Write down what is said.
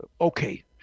Okay